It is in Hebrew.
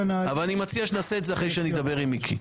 אני מציע שנעשה את זה אחרי שנדבר עם מיקי.